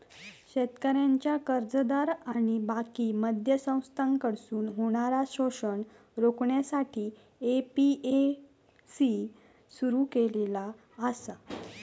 शेतकऱ्यांचा कर्जदार आणि बाकी मध्यस्थांकडसून होणारा शोषण रोखण्यासाठी ए.पी.एम.सी सुरू केलेला आसा